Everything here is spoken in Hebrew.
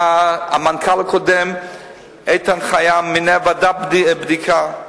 המנכ"ל הקודם איתן חי-עם מינה ועדת בדיקה,